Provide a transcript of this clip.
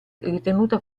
ritenuta